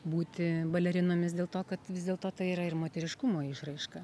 būti balerinomis dėl to kad vis dėlto tai yra ir moteriškumo išraiška